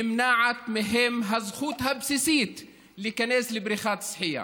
נמנעת מהם הזכות הבסיסית להיכנס לבריכת שחייה.